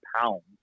pounds